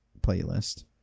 playlist